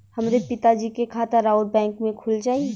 हमरे पिता जी के खाता राउर बैंक में खुल जाई?